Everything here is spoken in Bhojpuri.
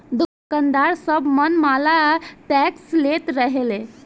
दुकानदार सब मन माना टैक्स लेत रहले